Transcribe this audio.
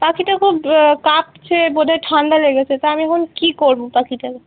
পাখিটা খুব কাঁপছে বোধহয় ঠান্ডা লেগেছে তা আমি এখন কী করব পাখিটাকে